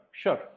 sure